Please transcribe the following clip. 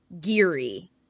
geary